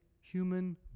human